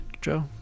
Joe